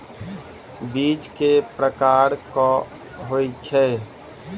बीज केँ प्रकार कऽ होइ छै?